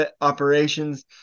operations